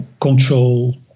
control